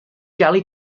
galli